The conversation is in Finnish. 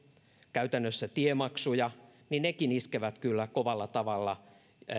käytännössä tiemaksuja niin nekin iskevät kyllä kovalla tavalla